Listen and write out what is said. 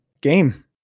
game